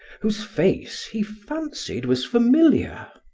whose face he fancied was familiar.